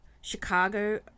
Chicago